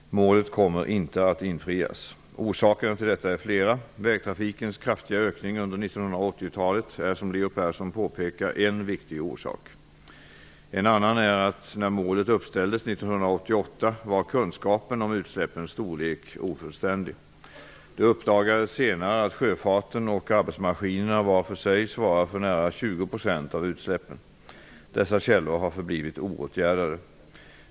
Målet kommer inte att infrias. Orsakerna till detta är flera. Vägtrafikens kraftiga ökning under 1980-talet är, som Leo Persson påpekar, en viktig orsak. En annan är att när målet uppställdes 1988 var kunskapen om utsläppens storlek ofullständig. Det uppdagades senare att sjöfarten och arbetsmaskinerna var för sig svarar för nära 20 % av utsläppen. Dessa källor har förblivit oåtgärdade.